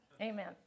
Amen